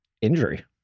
injury